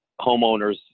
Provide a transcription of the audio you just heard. homeowners